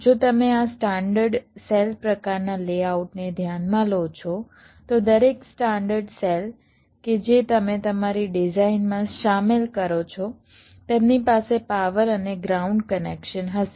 જો તમે આ સ્ટાન્ડર્ડ સેલ પ્રકારના લેઆઉટ layoutને ધ્યાનમાં લો છો તો દરેક સ્ટાન્ડર્ડ સેલ કે જે તમે તમારી ડિઝાઇન માં શામેલ કરો છો તેમની પાસે પાવર અને ગ્રાઉન્ડ કનેક્શન હશે